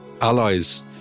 allies